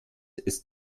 ist